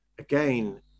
again